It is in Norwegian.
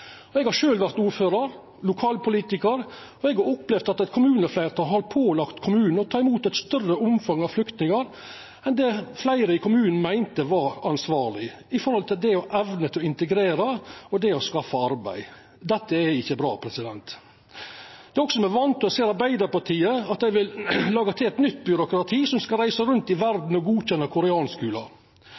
målsetjing. Eg har sjølv vore ordførar, lokalpolitikar, og eg har opplevd at eit kommunefleirtal har pålagt kommunen å ta imot eit større omfang av flyktningar enn det fleire i kommunen meinte var ansvarleg, med tanke på evne til å integrera og skaffa arbeid. Dette er ikkje bra. Det er også med vantru eg ser at Arbeidarpartiet vil laga eit nytt byråkrati som skal reisa rundt i verda og